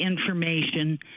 information